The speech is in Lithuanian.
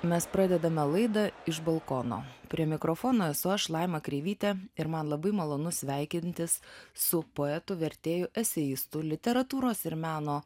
mes pradedame laidą iš balkono prie mikrofono esu aš laima kreivytė ir man labai malonu sveikintis su poetu vertėju eseistu literatūros ir meno